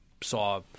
saw